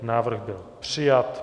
Návrh byl přijat.